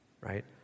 right